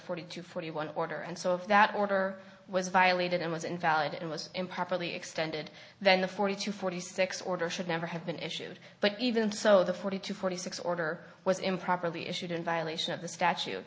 forty two forty one order and so if that order was violated it was invalid it was improperly extended that a forty to forty six order should never have been issued but even so the forty to forty six order was improperly issued in violation of the statue